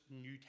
New